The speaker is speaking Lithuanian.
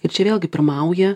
ir čia vėlgi pirmauja